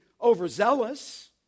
overzealous